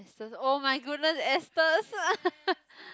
Astons oh-my-goodness Astons